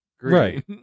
Right